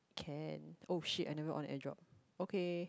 can oh shit I never on airdrop okay